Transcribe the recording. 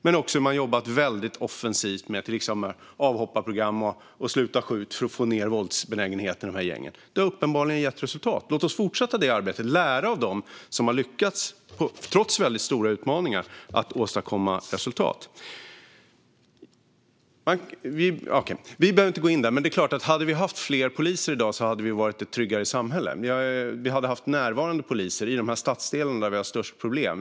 Man har också jobbat väldigt offensivt med avhopparprogram och Sluta skjut för att få ned våldsbenägenheten i gängen. Det har uppenbarligen gett resultat. Låt oss fortsätta det arbetet och lära av dem som trots väldigt stora utmaningar har lyckats åstadkomma resultat. Vi behöver inte gå in på det, men det är klart att om vi hade haft fler poliser i dag hade vi varit ett tryggare samhälle. Vi hade haft närvarande poliser i de stadsdelar där vi har störst problem.